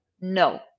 No